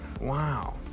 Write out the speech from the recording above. Wow